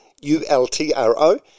U-L-T-R-O